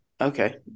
Okay